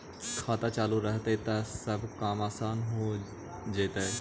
खाता चालु रहतैय तब सब काम आसान से हो जैतैय?